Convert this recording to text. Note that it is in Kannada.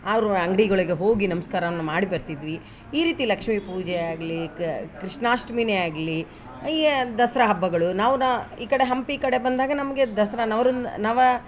ಅವರ ಅಂಗಡಿಗಳಿಗ್ ಹೋಗಿ ನಮಸ್ಕಾರವನ್ನ ಮಾಡಿ ಬರ್ತಿದ್ವಿ ಈ ರೀತಿ ಲಕ್ಷ್ಮೀ ಪೂಜೆ ಆಗಲಿ ಕೃಷ್ಣಾಷ್ಟಮಿನೇ ಆಗಲಿ ಏ ದಸರಾ ಹಬ್ಬಗಳು ನಾವು ನ ಈ ಕಡೆ ಹಂಪಿ ಈ ಕಡೆ ಬಂದಾಗ ನಮಗೆ ದಸರಾ ನವ್ರನ್ ನವ